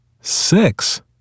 six